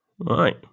Right